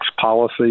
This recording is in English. policy